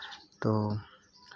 तो